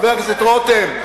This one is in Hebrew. חבר הכנסת רותם,